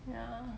ya